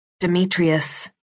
demetrius